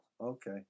Okay